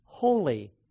holy